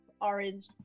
orange